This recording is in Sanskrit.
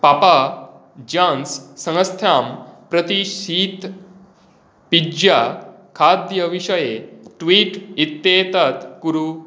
पापा जान्स् संस्थां प्रति शीत् पिज़्जा खाद्यविषये ट्वीट् इत्येतत् कुरु